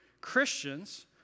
Christians